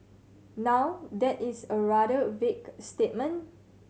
now that is a rather vague statement